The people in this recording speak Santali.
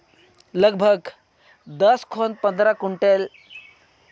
ᱞᱟᱜᱽ ᱵᱷᱟᱜᱽ ᱫᱚᱥ ᱠᱷᱚᱱ ᱯᱚᱱᱨᱚ ᱠᱩᱱᱴᱮᱞ